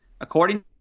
According